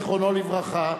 זיכרונו לברכה,